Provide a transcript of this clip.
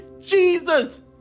Jesus